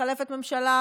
מתחלפת ממשלה,